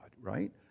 right